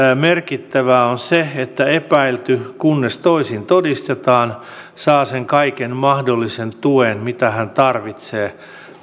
merkittävää on se että epäilty kunnes toisin todistetaan saa sen kaiken mahdollisen tuen mitä hän tarvitsee